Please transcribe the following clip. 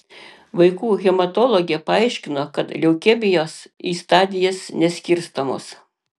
vaikų hematologė paaiškino kad leukemijos į stadijas neskirstomos